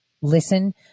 Listen